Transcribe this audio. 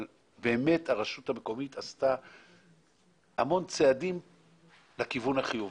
אבל באמת הרשות המקומית עשתה צעדים רבים בכיוון החיובי.